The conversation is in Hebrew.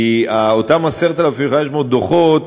כי אותם 10,500 דוחות,